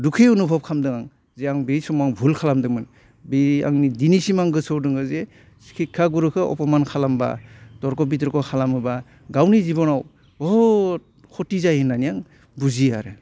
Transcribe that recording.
दुखि अनुभब खालामदों आं जे आं बे समाव भुल खालामदोंमोन बे आंनि दिनैसिम आं गोसोआव दङ जे हिख्खा गुरुखौ अफ'मान खालामबा थरख' बिथरख' खालामोबा गावनि जिब'नाव बुहुथ खथि जायो होननानै आं बुजियो आरो